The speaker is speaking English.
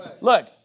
Look